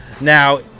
now